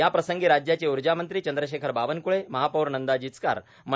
याप्रसंगी राज्याचे उर्जामंत्री चंद्रशेखर बावनकळे महापौर नंदा जिचकार म